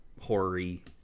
hoary